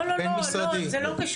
הבין-משרדי.